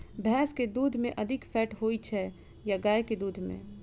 भैंस केँ दुध मे अधिक फैट होइ छैय या गाय केँ दुध में?